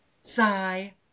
Sigh